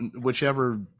whichever